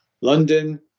London